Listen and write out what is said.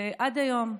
עד היום,